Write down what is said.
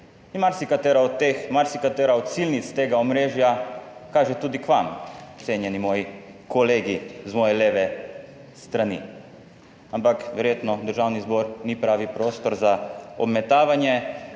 marsikatera od silnic tega omrežja kaže tudi k vam, cenjeni moji kolegi z moje leve strani. Ampak verjetno Državni zbor ni pravi prostor za obmetavanje.